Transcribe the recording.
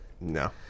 No